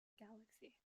galaxy